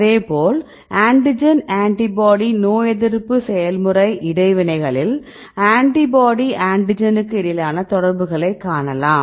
அதேபோல் antigen antibody நோயெதிர்ப்பு செயல்முறை இடைவினைகளில் ஆன்டிபாடி ஆன்டிஜெனுக்கு இடையிலான தொடர்புகளை காணலாம்